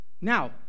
Now